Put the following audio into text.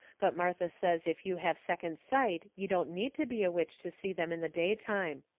but martha says if you have second sight you don't need to be a witch to see them in the daytime.